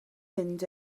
mynd